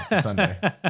Sunday